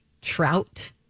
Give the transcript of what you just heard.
trout